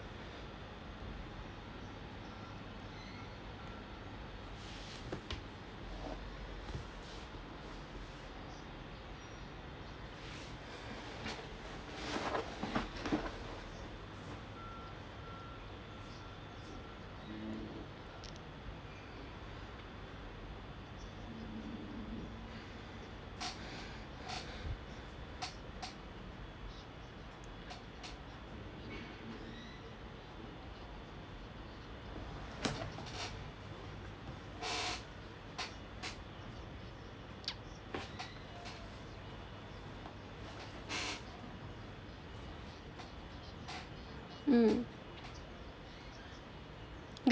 mm